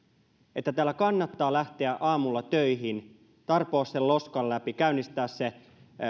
että täällä kannattaa lähteä aamulla töihin tarpoa sen loskan läpi käynnistää se